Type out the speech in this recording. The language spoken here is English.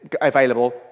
available